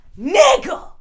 Nigga